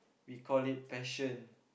we call it passion